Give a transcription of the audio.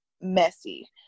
messy